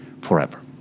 forever